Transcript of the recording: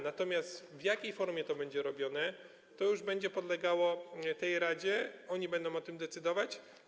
Natomiast to, w jakiej formie to będzie robione, już będzie podlegało tej radzie, oni będą o tym decydować.